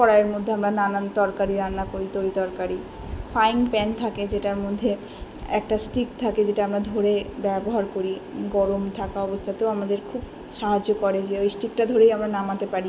কড়াইয়ের মধ্যে আমরা নানান তরকারি রান্না করি তরি তরকারি ফ্রাইং প্যান থাকে যেটার মধ্যে একটা স্টিক থাকে যেটা আমরা ধরে ব্যবহার করি গরম থাকা অবস্থাতেও আমাদের খুব সাহায্য করে যে ওই স্টিকটা ধরেই আমরা নামাতে পারি